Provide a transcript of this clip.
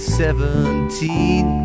seventeen